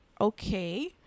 okay